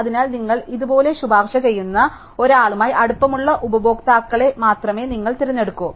അതിനാൽ നിങ്ങൾക്ക് ശുപാർശ ചെയ്യുന്ന ഒരാളുമായി അടുപ്പമുള്ള ഉപഭോക്താക്കളെ മാത്രമേ നിങ്ങൾ തിരഞ്ഞെടുക്കൂ